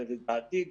לדעתי,